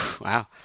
wow